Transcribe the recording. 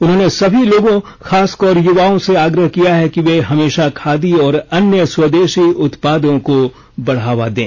उन्होंने सभी लोगों खासतौर से युवाओं से आग्रह किया है कि वे हमेशा खादी और अन्य स्वदेशी उत्पादों को बढावा दें